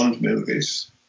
movies